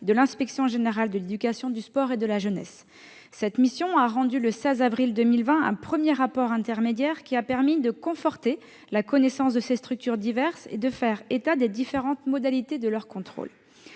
de l'inspection générale de l'éducation, du sport et de la jeunesse. Le 16 avril 2020, cette mission a rendu un premier rapport intermédiaire, qui a permis de conforter la connaissance de ces structures diverses et de faire état des différentes modalités de leur contrôle.